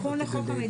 תיקון לחוק המידע